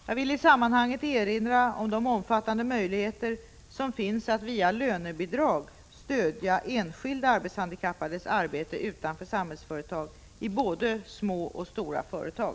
Jag vill i sammanhanget erinra om de omfattande möjligheter som finns att via lönebidrag stödja enskilda arbetshandikappades arbete utanför Samhällsföretag i både små och stora företag.